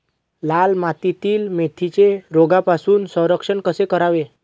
लाल मातीतील मेथीचे रोगापासून संरक्षण कसे करावे?